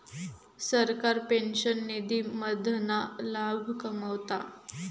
सरकार पेंशन निधी मधना लाभ कमवता